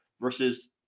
versus